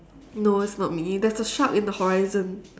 no it's not me there's a shark in the horizon